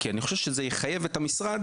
קודם כל, אני חושב שזה יחייב את המשרד